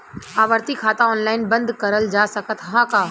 आवर्ती खाता ऑनलाइन बन्द करल जा सकत ह का?